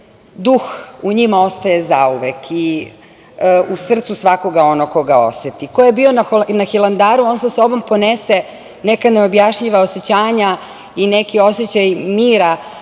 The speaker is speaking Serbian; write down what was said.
duh u njima ostaje zauvek i u srcu svakoga onog ko ga oseti. Ko je bio na Hilandaru on sa sobom ponese neka neobjašnjiva osećanja i neki osećaj mira